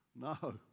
No